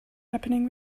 happening